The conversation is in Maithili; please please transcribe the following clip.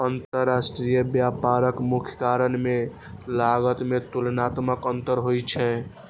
अंतरराष्ट्रीय व्यापारक मुख्य कारण मे लागत मे तुलनात्मक अंतर होइ छै